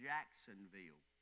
Jacksonville